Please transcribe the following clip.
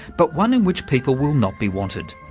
but one in which people will not be wanted,